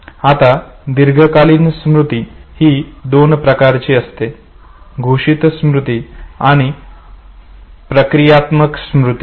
आता दीर्घकालीन स्मृती ही दोन प्रकराची असते घोषित स्मृती आणि प्रक्रियात्मक स्मृती